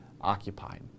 occupied